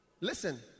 Listen